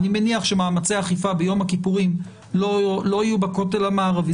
אני מניח שמאמצי האכיפה ביום הכיפורים לא יהיו בכותל המערבי.